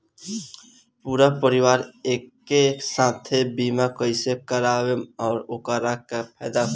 पूरा परिवार के एके साथे बीमा कईसे करवाएम और ओकर का फायदा होई?